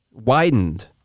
widened